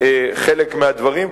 חלק מהדברים,